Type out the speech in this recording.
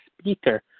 speaker